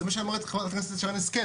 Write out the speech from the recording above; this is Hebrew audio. זה מה שאומרת לך ח"כ שרן השכל.